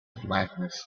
blackness